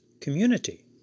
community